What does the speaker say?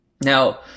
Now